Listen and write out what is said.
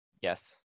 Yes